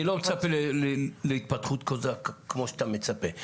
אני לא מצפה להתפתחות קוזאק כמו שאתה מצפה.